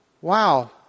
Wow